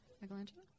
Michelangelo